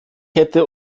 hätte